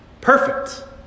Perfect